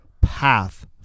path